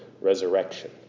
resurrection